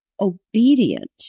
obedient